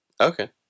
Okay